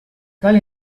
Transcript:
cal